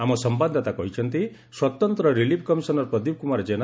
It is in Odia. ଆମ ସମ୍ଭାଦଦାତା କହିଛନ୍ତି ସ୍ୱତନ୍ତ୍ର ରିଲିଫ୍ କମିଶନର ପ୍ରଦୀପ କୁମାର ଜେନା